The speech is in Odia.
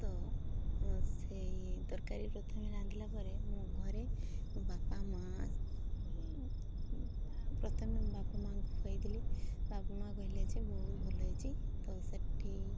ତ ସେଇ ତରକାରୀ ପ୍ରଥମେ ରାନ୍ଧିଲା ପରେ ମୁଁ ଘରେ ବାପା ମାଆ ପ୍ରଥମେ ବାପା ମାଆଙ୍କୁ ଖୁଆଇ ଦେଲି ବାପ ମାଆ କହିଲେ ଯେ ବହୁତ ଭଲ ହେଇଛି ତ ସେଇଠି